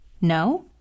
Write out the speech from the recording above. No